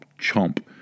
chomp